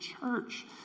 church